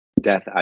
death